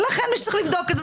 ולכן מי שצריך לבדוק את זה,